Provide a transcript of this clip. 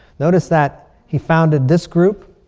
notice that he founded this group,